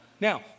Now